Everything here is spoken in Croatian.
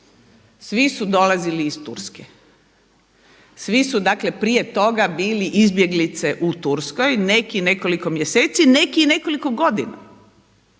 Svi su dolazili iz Turske. Svi su dakle prije toga bili izbjeglice u Turskoj, neki nekoliko mjeseci, neki nekoliko godina.